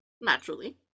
Naturally